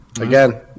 again